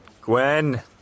Gwen